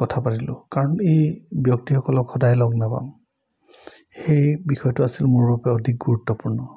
কথা পাতিলোঁ কাৰণ এই ব্যক্তিসকলক সদায় লগ নাপাম সেই বিষয়টো আছিল মোৰ বাবে অধিক গুৰুত্বপূৰ্ণ